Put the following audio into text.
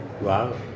Wow